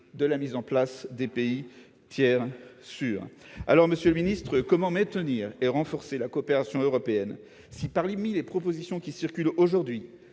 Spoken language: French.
au dispositif des « pays tiers sûrs ». Monsieur le ministre, comment maintenir et renforcer la coopération européenne si, parmi les propositions qui circulent aujourd'hui,